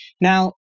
Now